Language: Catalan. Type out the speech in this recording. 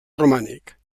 romànic